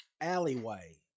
alleyway